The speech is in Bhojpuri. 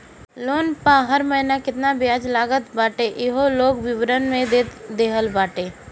लोन पअ हर महिना केतना बियाज लागत बाटे इहो लोन विवरण में देहल रहत बाटे